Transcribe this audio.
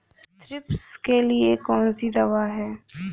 Thrips के लिए कौन सी दवा है?